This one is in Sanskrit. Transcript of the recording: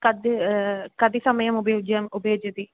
कदा कति समयम् उपयोगम् उपयुङ्ते